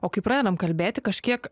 o kai pradedam kalbėti kažkiek